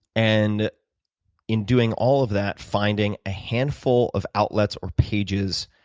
and in doing all of that finding a handful of outlets or pages